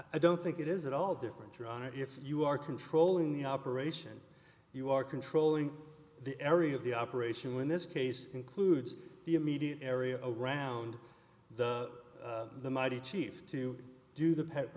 don't think it is at all different drama if you are controlling the operation you are controlling the area of the operation when this case includes the immediate area around the mighty chief to do the pet